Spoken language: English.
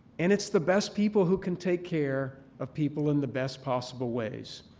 and it's the best people who can take care of people in the best possible ways.